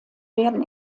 werden